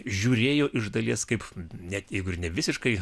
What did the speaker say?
žiūrėjo iš dalies kaip net jeigu ir ne visiškai